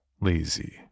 Lazy